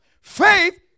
Faith